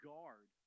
Guard